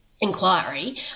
inquiry